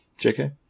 JK